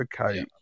Okay